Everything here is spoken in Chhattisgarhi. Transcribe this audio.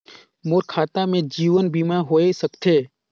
मोर खाता से जीवन बीमा होए सकथे?